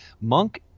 Monk